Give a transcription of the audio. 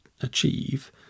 achieve